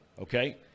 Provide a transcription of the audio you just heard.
okay